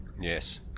Yes